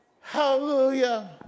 Hallelujah